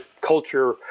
culture